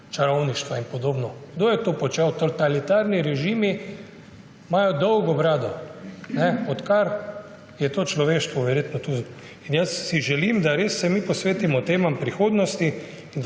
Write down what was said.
čarovništva in podobno. Kdo je to počel? Totalitarni režimi imajo dolgo brado, verjetno odkar je to človeštvo tu. Jaz si želim, da se mi res posvetimo temam prihodnosti